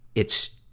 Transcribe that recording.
it's,